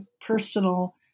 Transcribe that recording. personal